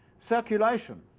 circulation.